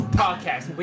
podcast